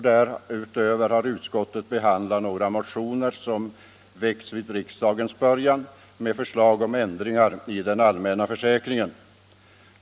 Därutöver har utskottet behandlat några motioner som väcktes vid riksdagens början med förslag om ändringar i den allmänna försäkringen.